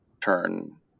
Turn